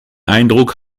eindruck